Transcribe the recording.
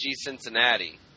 Cincinnati